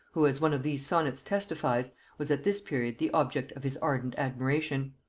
who, as one of these sonnets testifies, was at this period the object of his ardent admiration.